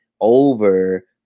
Over